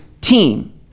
team